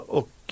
och